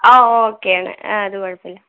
ഓ okay എന്നാല് അതു കുഴപ്പമില്ല